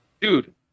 Dude